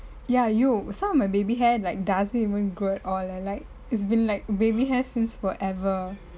ya you some of my baby hair doesn't even grow at all like it's been like baby hair since forever